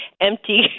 empty